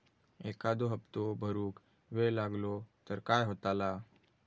एखादो हप्तो भरुक वेळ लागलो तर काय होतला?